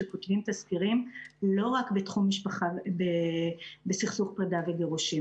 שכותבים תסקירים לא רק בסכסוך פרידה וגירושין.